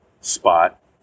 spot